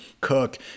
cook